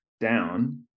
down